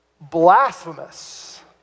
blasphemous